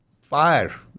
fire